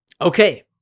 okay